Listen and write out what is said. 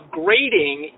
grading